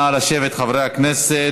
נא לשבת, חברי הכנסת.